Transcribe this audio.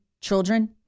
children